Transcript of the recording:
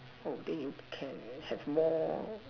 oh then you can have more